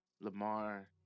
Lamar